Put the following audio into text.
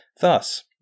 Thus